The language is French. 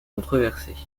controversée